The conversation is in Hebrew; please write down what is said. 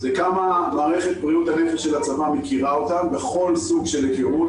כמה מערכת בריאות הנפש של הצבא מכירה אותם בכל סוג של היכרות.